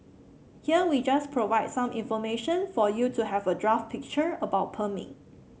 here we just provide some information for you to have a draft picture about perming